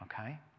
Okay